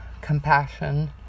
Compassion